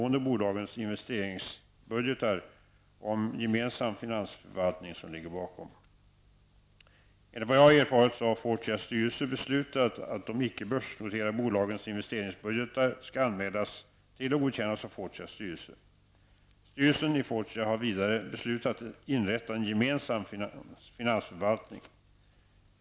Enligt vad jag har erfarit har Fortias styrelse beslutat att de icke-börsnoterade bolagens investeringsbudgetar skall anmälas till och godkännas av Fortias styrelse. Styrelsen i Fortia har vidare beslutat att inrätta en gemensam finansförvaltning.